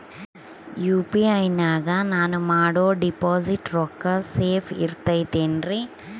UPI ನಾಗ ನಾನು ಮಾಡೋ ಡಿಪಾಸಿಟ್ ರೊಕ್ಕ ಸೇಫ್ ಇರುತೈತೇನ್ರಿ?